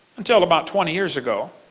until about twenty years ago,